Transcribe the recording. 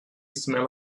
smell